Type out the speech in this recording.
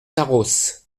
carros